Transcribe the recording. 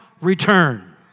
return